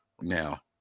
now